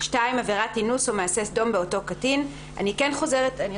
(2)עבירת אינוס או מעשה סדום באותו קטין." אני רק רוצה